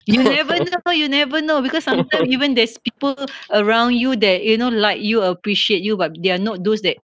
you never know you never know because sometimes even there's people around you that you know like you appreciate you but they're not those that